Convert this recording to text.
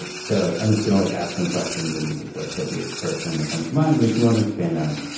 so i'm just gonna like ask him questions and he'd just like say the first thing that comes to mind and if you want to expand on it.